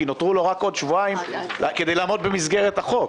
כי נותרו לו רק עוד שבועיים כדי לעמוד במסגרת החוק.